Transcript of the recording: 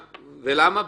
למה?